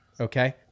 Okay